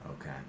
Okay